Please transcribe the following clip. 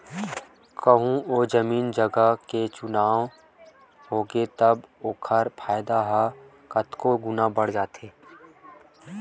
कहूँ ओ जमीन जगा के चुनाव बने होगे तब तो ओखर फायदा ह कतको गुना बड़ जाथे